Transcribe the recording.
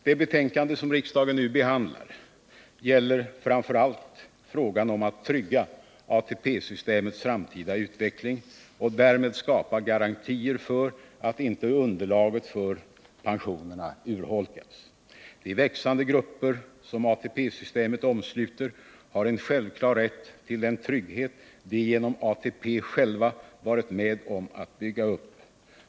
Det betänkande som riksdagen nu behandlar gäller framför allt frågan om att trygga ATP-systemets framtida utveckling och därmed skapa garantier för att inte underlaget för pensionerna urholkas. De växande grupper som ATP-systemet omsluter har en självklar rätt till den trygghet de genom ATP själva varit med om att bygga upp.